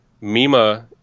Mima